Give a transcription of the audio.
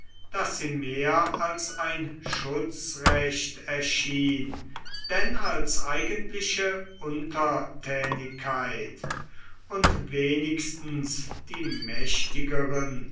daß sie mehr als ein schutzrecht erschien denn als eigentliche untertänigkeit und wenigstens die mächtigeren